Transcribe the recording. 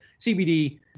CBD